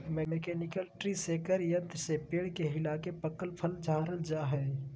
mechanical tree shaker यंत्र से पेड़ के हिलाके पकल फल झारल जा हय